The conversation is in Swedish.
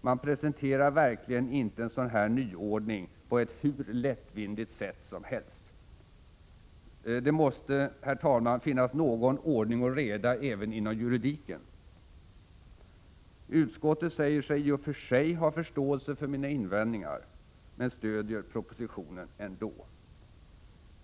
Man presenterar verkligen inte en sådan här nyordning hur lättvindigt som helst. Det måste, herr talman, finnas någon ordning och reda även inom juridiken. Utskottet säger sig i och för sig ha förståelse för mina invändningar men stöder ändå propositionen.